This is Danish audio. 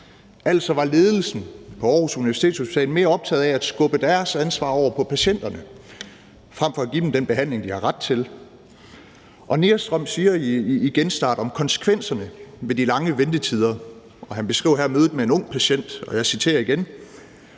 Altså var ledelsen på Aarhus Universitetshospital mere optaget af at skubbe deres ansvar over på patienterne frem for at give dem den behandling, de har ret til. Nerstrøm taler i »Genstart« om konsekvenserne ved de lange ventetider, og han beskriver her mødet med en ung patient, og jeg citerer igen: